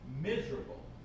miserable